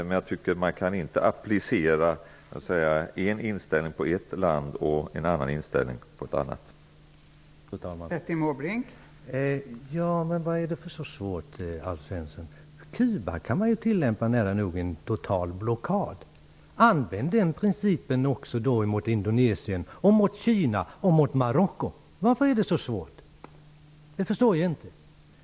Men man kan inte applicera en inställning när det gäller ett land och en annan inställning när det gäller ett annat.